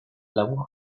laburra